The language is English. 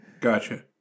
Gotcha